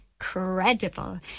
incredible